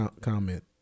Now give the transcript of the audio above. comment